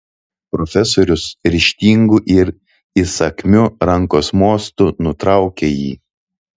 profesorius ryžtingu ir įsakmiu rankos mostu nutraukė jį